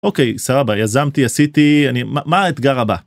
אוקיי, סבבה, יזמתי, עשיתי, אני, מה האתגר הבא?